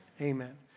Amen